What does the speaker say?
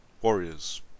Warriors